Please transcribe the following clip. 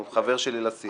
הוא חבר שלי לסיעה.